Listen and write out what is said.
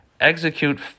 execute